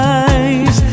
eyes